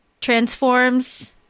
Transforms